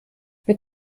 mit